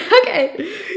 okay